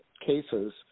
cases